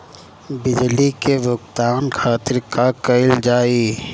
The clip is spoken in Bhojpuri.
बिजली के भुगतान खातिर का कइल जाइ?